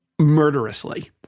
murderously